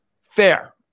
fair